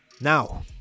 Now